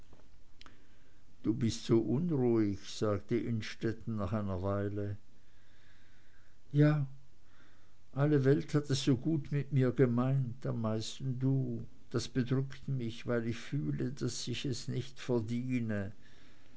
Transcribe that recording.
du bist so unruhig sagte innstetten nach einer weile ja alle welt hat es so gut mit mir gemeint am meisten du das bedrückt mich weil ich fühle daß ich es nicht verdiene